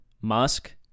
musk